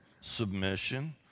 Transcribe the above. submission